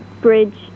bridge